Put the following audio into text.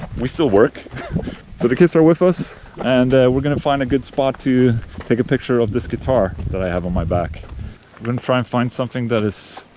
we still work so the kids are with us and we're going to find a good spot to take a picture of this guitar that i have on my back i'm going to try and find something that is.